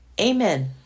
Amen